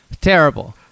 Terrible